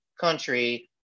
country